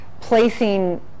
placing